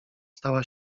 stała